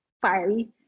fiery